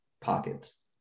pockets